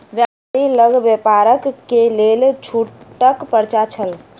व्यापारी लग व्यापार के लेल छूटक पर्चा छल